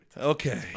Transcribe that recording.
Okay